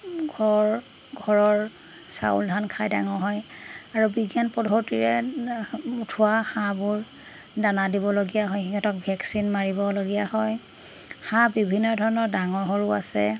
ঘৰ ঘৰৰ চাউল ধান খাই ডাঙৰ হয় আৰু বিজ্ঞান পদ্ধতিৰে উঠোৱা হাঁহবোৰ দানা দিবলগীয়া হয় সিহঁতক ভেকচিন মাৰিবলগীয়া হয় হাঁহ বিভিন্ন ধৰণৰ ডাঙৰ সৰু আছে